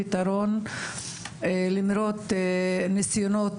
קודם כל, אני מברכת אותך,